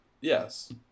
yes